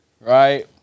right